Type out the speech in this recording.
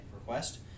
request